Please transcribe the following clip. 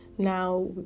now